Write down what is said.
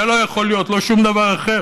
זה לא יכול להיות, ולא שום דבר אחר.